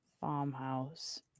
farmhouse